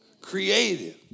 creative